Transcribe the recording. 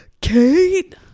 Kate